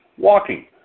Walking